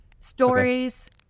Stories